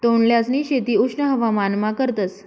तोंडल्यांसनी शेती उष्ण हवामानमा करतस